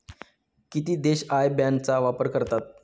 किती देश IBAN चा वापर करतात?